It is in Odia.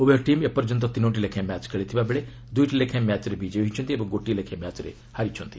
ଉଭୟ ଟିମ୍ ଏପର୍ଯ୍ୟନ୍ତ ଡିନୋଟି ଲେଖାଏଁ ମ୍ୟାଚ ଖେଳିଥିବାବେଳେ ଦୁଇଟି ଲେଖାଏଁ ମ୍ୟାଚରେ ବିଜୟୀ ହୋଇଛନ୍ତି ଓ ଗୋଟିଏ ଲେଖାଏଁ ମ୍ୟାଚରେ ହାରିଛନ୍ତି